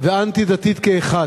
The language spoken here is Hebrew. ואנטי-דתית כאחד.